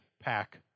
pack